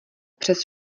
přes